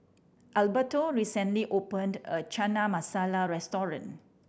Alberto recently opened a new Chana Masala Restaurant